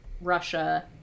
Russia